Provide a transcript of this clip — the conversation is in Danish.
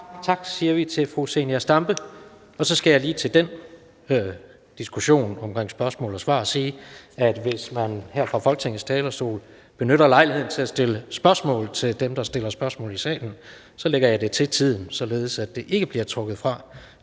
Tak siger vi til fru Zenia Stampe. Og så skal jeg lige til den diskussion om spørgsmål og svar sige, at hvis man her fra Folketingets talerstol benytter lejligheden til at stille spørgsmål til dem, der stiller spørgsmål fra salen, så lægger jeg det til tiden, således at det ikke bliver trukket fra